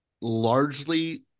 largely